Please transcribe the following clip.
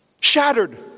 Shattered